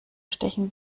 stechen